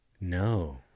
No